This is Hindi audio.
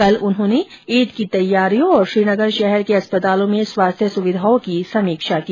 कल उन्होंने ईद की तैयारियों और श्रीनगर शहर के अस्पतालों में स्वास्थ्य सुविधाओं की समीक्षा की